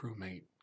crewmate